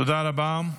תודה רבה.